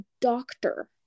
doctor